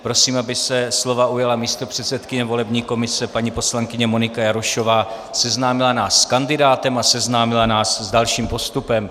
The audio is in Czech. Prosím, aby se slova ujala místopředsedkyně volební komise paní poslankyně Monika Jarošová, seznámila nás s kandidátem a seznámila nás s dalším postupem.